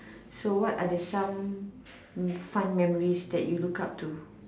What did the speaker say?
so what are the some fun memories that you look up to